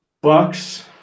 Bucks